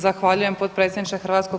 Zahvaljujem potpredsjedniče HS.